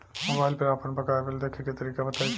Mobile पर आपन बाकाया बिल देखे के तरीका बताईं तनि?